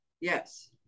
yes